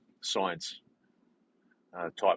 science-type